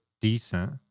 decent